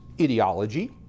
ideology